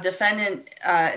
defendant